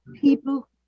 people